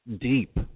deep